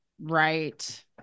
Right